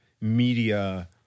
media